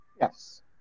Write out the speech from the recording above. Yes